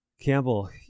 Campbell